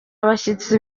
abashyitsi